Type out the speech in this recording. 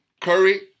Curry